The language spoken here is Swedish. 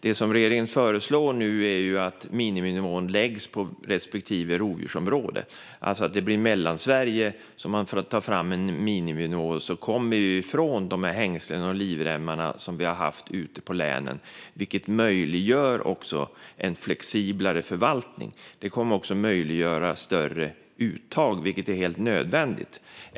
Det som regeringen nu föreslår är att miniminivån sätts för respektive rovdjursområde, alltså att det blir för Mellansverige man tar fram en miniminivå. Då kommer vi ifrån de hängslen och livremmar som vi har haft ute i länen, vilket också möjliggör en flexiblare förvaltning. Det kommer också att möjliggöra större uttag, vilket är helt nödvändigt.